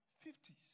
fifties